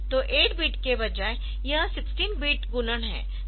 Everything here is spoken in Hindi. तो 8 बिट के बजाय यह 16 बिट गुणन है